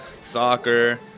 soccer